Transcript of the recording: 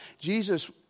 Jesus